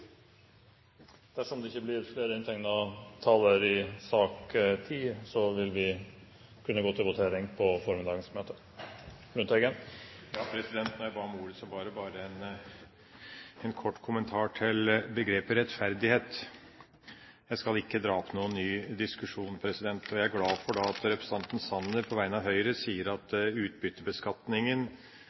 Dersom det ikke blir flere som tegner seg til sak nr. 10, vil vi kunne gå til votering på formiddagens møte. Lundteigen, vær så god. Da jeg ba om ordet, var det bare for en kort kommentar til begrepet «rettferdighet». Jeg skal ikke dra opp noen ny diskusjon, president. Jeg er glad for at representanten Sanner på vegne av Høyre sier at